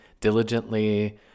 diligently